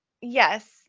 Yes